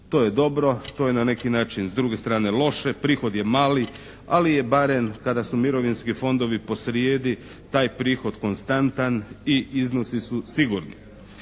To je dobro, to je na neki način s druge strane loše. Prihod je mali. Ali je barem kada su mirovinski fondovi posrijedi taj prihod konstantan i iznosi su sigurni.